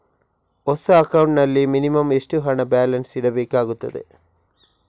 ಹೊಸ ಅಕೌಂಟ್ ನಲ್ಲಿ ಮಿನಿಮಂ ಎಷ್ಟು ಹಣ ಬ್ಯಾಲೆನ್ಸ್ ಇಡಬೇಕಾಗುತ್ತದೆ?